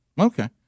Okay